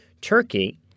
Turkey—